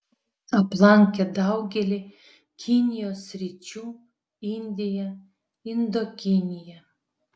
aplankė daugelį kinijos sričių indiją indokiniją